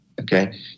Okay